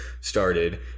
started